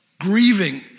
grieving